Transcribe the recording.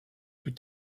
plus